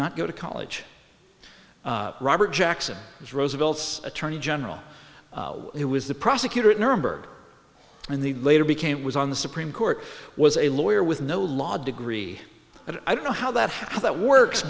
not go to college robert jackson was roosevelt's attorney general he was the prosecutor at nuremberg and the later became was on the supreme court was a lawyer with no law degree and i don't know how that how that works